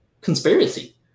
conspiracy